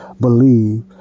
believe